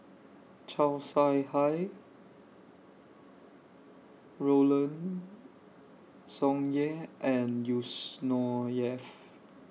Chow Sau Hai Roland Tsung Yeh and Yusnor Ef